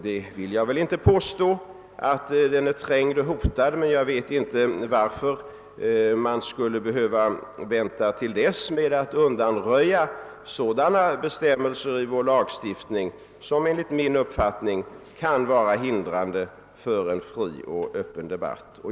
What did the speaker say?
Jag vill inte påstå att så är fallet, men jag vet inte varför man skall behöva vänta till dess med att undanröja sådana bestämmelser i vår lagstiftning som enligt min uppfattning kan vara hindrande för en fri och öppen debatt.